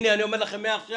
הנה, אני אומר לכם מעכשיו